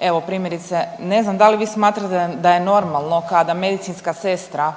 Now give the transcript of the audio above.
Evo primjerice ne znam da li vi smatrate da je normalno kada medicinska sestra